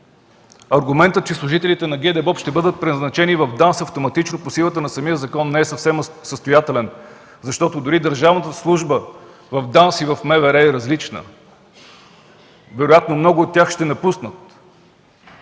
Аргументът, че служителите на ГДБОБ ще бъдат преназначени в ДАНС автоматично, по силата на самия закон, не е съвсем състоятелен, защото дори държавната служба в ДАНС и в МВР е различна. Вероятно много от тях ще напуснат.